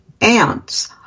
ants